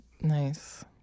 Nice